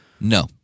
No